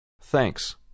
Thanks